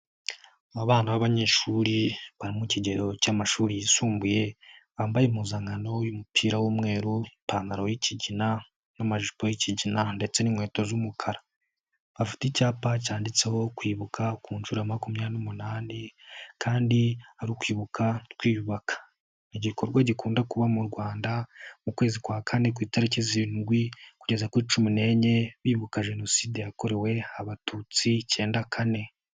Abana b'abanyeshuri bari mu kigero cy'amashuri yisumbuye bambaye impuzankano w'uyu mupira w'umweru, ipantaro y'kigina, n'amajipo y'ikigina, ndetse n'inkweto z'umukara afite icyapa cyanditseho kwibuka ku nshuro makumyabiri numunani kandi arikwibuka twiyubaka. Igikorwa gikunda kuba mu rwanda mu kwezi kwa kane kuitariki zirindwi kugeza kuri cumi n'enye bibuka jenoside yakorewe abatutsi icnda kane.